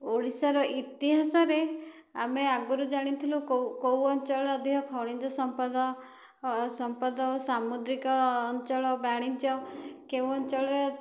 ଓଡ଼ିଶାର ଇତିହାସରେ ଆମେ ଆଗରୁ ଜାଣିଥିଲୁ କେଉଁ କେଉଁ ଅଞ୍ଚଳ ଅଧିକ ଖଣିଜ ସମ୍ପଦ ସମ୍ପଦ ଓ ସାମୁଦ୍ରିକ ଅଞ୍ଚଳ ବାଣିଜ୍ୟ କେଉଁ ଅଞ୍ଚଳ